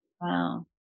Wow